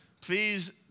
please